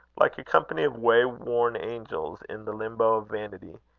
like a company of way-worn angels in the limbo of vanity,